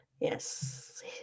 Yes